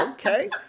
Okay